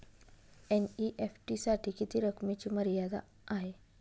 NEFT साठी किती रकमेची मर्यादा आहे?